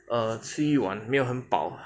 err 吃一碗没有很饱